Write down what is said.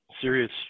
serious